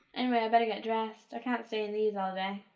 anyway i better get dressed. i can't stay in these all day.